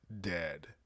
dead